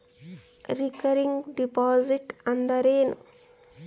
Recurring deposit ಅಂದರೇನು?